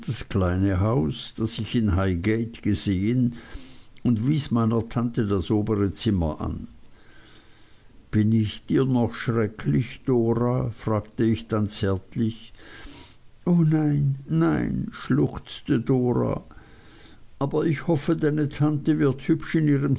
das kleine haus das ich in highgate gesehen und wies meiner tante das obere zimmer an bin ich dir noch schrecklich dora fragte ich dann zärtlich o nein nein schluchzte dora aber ich hoffe deine tante wird hübsch in ihrem